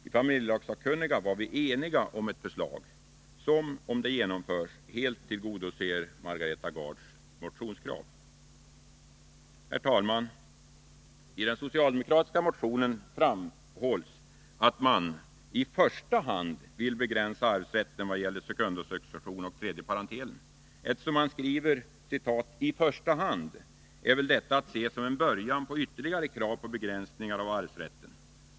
Inom familjelagssakkunniga var vi eniga om ett förslag, som, om det genomförs, helt tillgodoser Margareta Gards motionskrav. Herr talman! I den socialdemokratiska motionen framhålls att man i första hand vill begränsa arvsrätten i vad gäller sekundosuccession och tredje parentelen. Eftersom man skriver ”i första hand” är väl detta att se som en början på ytterligare krav på begränsningar av arvsrätten.